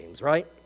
right